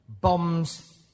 bombs